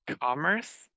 commerce